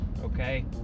okay